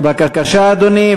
בבקשה, אדוני.